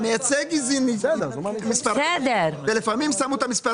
המייצג הזין לי את מספר הטלפון ולפעמים הם שמים את מספר